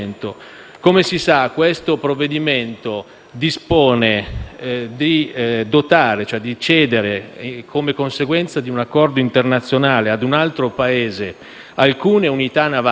Come si sa, il provvedimento in esame dispone di cedere, come conseguenza di un accordo internazionale, a un altro Paese alcune unità navali.